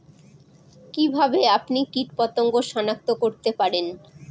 কিভাবে আপনি কীটপতঙ্গ সনাক্ত করতে পারেন?